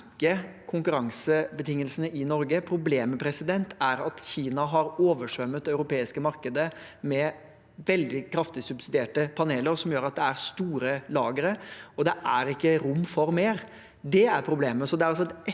nå er ikke konkurransebetingelsene i Norge. Problemet er at Kina har oversvømt det europeiske markedet med veldig kraftig subsidierte paneler, noe som gjør at det er store lagre, og det er ikke rom for mer. Det er problemet.